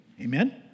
amen